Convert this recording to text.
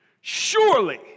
surely